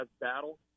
battle